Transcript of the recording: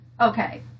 okay